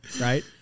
right